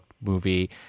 movie